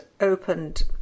opened